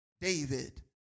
David